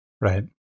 right